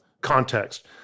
context